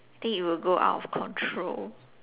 think it will go out of control